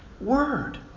word